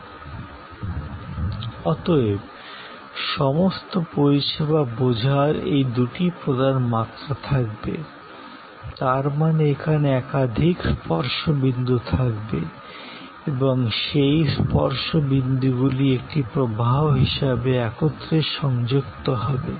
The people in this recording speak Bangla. সময় 1245 অতএব সমস্ত পরিষেবা বোঝার এই দুটি প্রধান মাত্রা থাকবে তার মানে এখানে একাধিক স্পর্শ বিন্দু থাকবে এবং সেই স্পর্শ বিন্দুগুলি একটি প্রবাহ হিসাবে একত্রে সংযুক্ত হবে